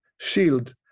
shield